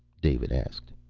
david asked.